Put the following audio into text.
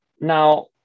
Now